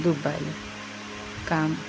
Dubai କାମ